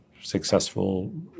successful